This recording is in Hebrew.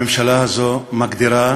הממשלה הזו מגדירה